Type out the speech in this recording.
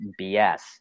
BS